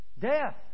death